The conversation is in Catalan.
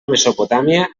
mesopotàmia